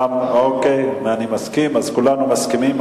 אוקיי, אני מסכים, אז כולנו מסכימים.